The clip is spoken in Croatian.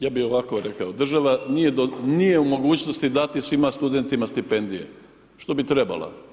Ja bi ovo rekao, država nije u mogućnosti dati svima studentima stipendije što bi trebala.